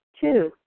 Two